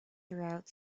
throughout